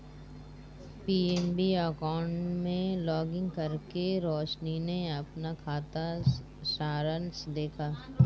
PNB account में login करके रोशनी ने अपना खाता सारांश देखा